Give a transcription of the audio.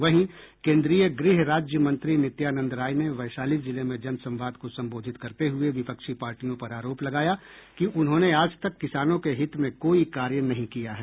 वहीं केंद्रीय गृह राज्य मंत्री नित्यानंद राय ने वैशाली जिले में जन संवाद को संबोधित करते हुये विपक्षी पार्टियों पर आरोप लगाया कि उन्होंने आज तक किसानों के हित में कोई कार्य नहीं किया है